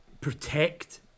protect